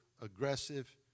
aggressive